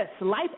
life